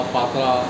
Patra